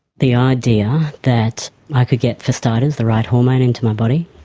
the idea that i could get for starters the right hormone into my body,